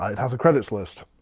it has a credits list.